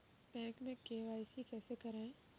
Bank में KYC कैसे करायें?